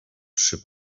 trzy